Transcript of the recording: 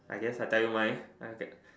I guess I tell you mine I'll get